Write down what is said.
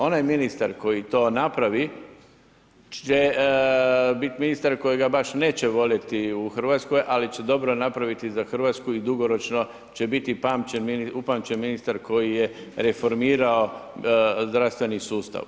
Onaj ministar koji to napravi će bit ministar kojega baš neće voljeti u Hrvatskoj, ali će dobro napraviti za Hrvatsku i dugoročno će biti upamćen ministar koji je reformirao zdravstveni sustav.